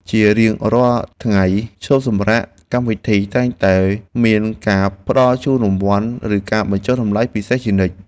ជារៀងរាល់ថ្ងៃឈប់សម្រាកកម្មវិធីតែងតែមានការផ្ដល់ជូនរង្វាន់ ឬការបញ្ចុះតម្លៃពិសេសជានិច្ច។